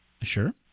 Sure